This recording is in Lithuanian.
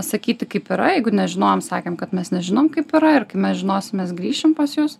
sakyti kaip yra jeigu nežinojom sakėm kad mes nežinom kaip yra ir kai mes žinosim mes grįšim pas jus